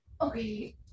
Okay